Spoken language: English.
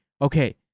okay